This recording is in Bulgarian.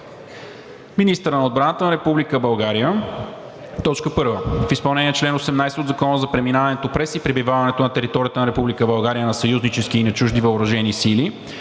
Министърът на отбраната на Република България, първо, в изпълнение на чл. 18 от Закона за преминаването през и пребиваването на територията на Република България на съюзнически и на чужди въоръжени сили